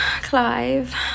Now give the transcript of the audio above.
Clive